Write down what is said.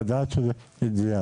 לדעת שזה הגיע,